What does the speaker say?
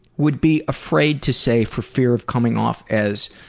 would be afraid to say for fear of coming off as